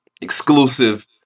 exclusive